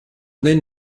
then